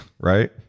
Right